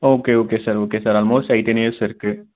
okay okay sir okay sir almost eighteen years இருக்குது